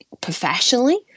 professionally